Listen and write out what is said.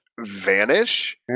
vanish